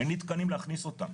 אין לי תקנים להכניס אותם.